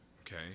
Okay